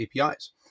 APIs